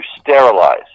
sterilize